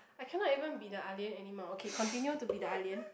I cannot even be the ah-lian anymore okay continue to be the ah-lian